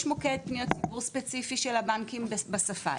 יש מוקד פניות ספציפי של הבנקים בשפה,